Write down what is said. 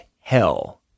hell